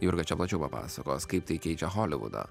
jurga čia plačiau papasakos kaip tai keičia holivudą